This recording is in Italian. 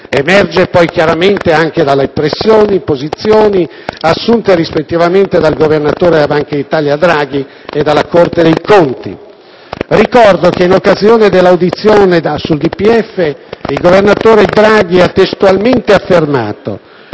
emerge poi chiaramente dalle posizioni assunte, rispettivamente, dal governatore della Banca d'Italia Draghi e dalla Corte dei conti. Ricordo che, in occasione dell'audizione sul DPEF, il governatore Draghi ha testualmente affermato: